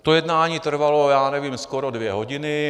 To jednání trvalo, já nevím, skoro dvě hodiny.